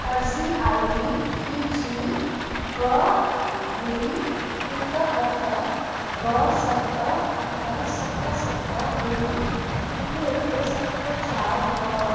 अर्ज़ी आईडी टी जी ॿ ॿुड़ी हिकु अठ ॿ सत अठ सत सत ॿुड़ी हिकु हिकु सत चारि नव